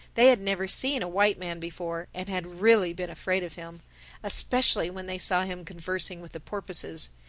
they had never seen a white man before and had really been afraid of him especially when they saw him conversing with the porpoises.